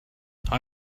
icbm